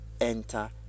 enter